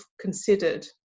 considered